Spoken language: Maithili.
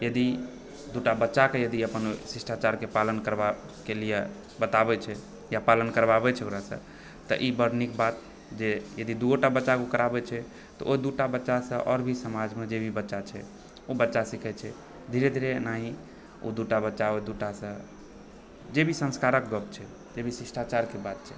यदि दुटा बच्चाकेँ यदि अपन शिष्टाचारके पालन करबाके लिए बताबै छै या पालन करबाबै छै ओकरासे तऽ ई बड निक बात जे यदि ओ दुओटा बच्चाकेँ कराबै छै तऽ ओ दुटा बच्चासँ आओर भी समाजमे जे भी बच्चा छै ओ बच्चा सिखै छै धीरे धीरे एनाही ओ दुटा बच्चा ओ दूटासँ जे भी संस्कारक गप छै जे भी शिष्टाचारके बात छै